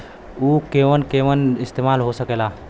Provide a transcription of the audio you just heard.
उव केमन केमन इस्तेमाल हो ला?